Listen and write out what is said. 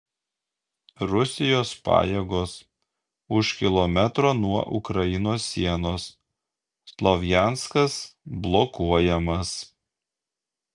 rusijos pajėgos už kilometro nuo ukrainos sienos slovjanskas blokuojamas